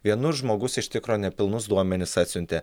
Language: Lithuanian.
vienur žmogus iš tikro nepilnus duomenis atsiuntė